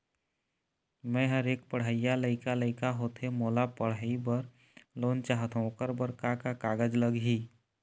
मेहर एक पढ़इया लइका लइका होथे मोला पढ़ई बर लोन चाहथों ओकर बर का का कागज लगही?